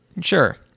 Sure